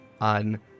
on